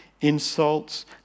insults